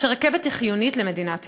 שרכבת היא חיונית למדינת ישראל.